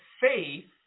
faith